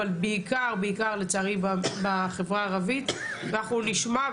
אבל בעיקר לצערי בחברה הערבית אנחנו נשמע,